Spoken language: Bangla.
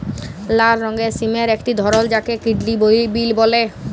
লাল রঙের সিমের একটি ধরল যাকে কিডলি বিল বল্যে